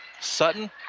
Sutton